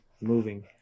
moving